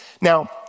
Now